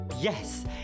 Yes